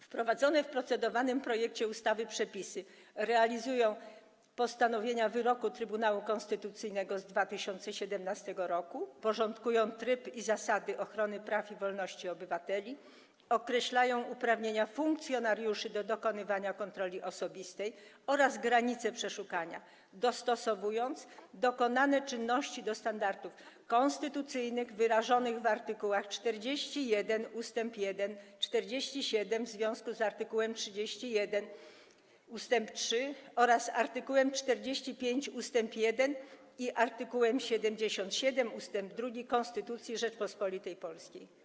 Wprowadzone w procedowanym projekcie ustawy przepisy realizują postanowienia wyroku Trybunału Konstytucyjnego z 2017 r., porządkują tryb i zasady ochrony praw i wolności obywateli, określają uprawnienia funkcjonariuszy do dokonywania kontroli osobistej oraz granice przeszukania, dostosowując dokonane czynności do standardów konstytucyjnych wyrażonych w art. 41 ust. 1, art. 47 w związku z art. 31 ust. 3 oraz art. 45 ust. 1 i art. 77 ust. 2 Konstytucji Rzeczypospolitej Polskiej.